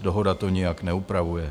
Dohoda to nijak neupravuje.